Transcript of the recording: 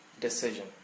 decision